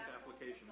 application